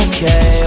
Okay